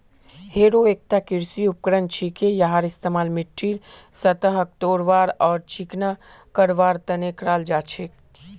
harrow एकता कृषि उपकरण छिके यहार इस्तमाल मिट्टीर सतहक तोड़वार आर चिकना करवार तने कराल जा छेक